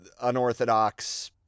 unorthodox